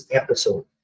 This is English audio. episode